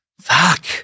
Fuck